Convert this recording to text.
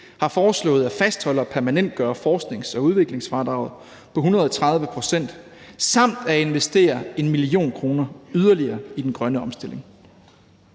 har foreslået at fastholde og permanentgøre forsknings- og udviklingsfradraget på 130 pct. samt at investere 1 mio. kr. yderligere i den grønne omstilling.